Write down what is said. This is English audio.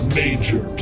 major